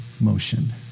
motion